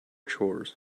chores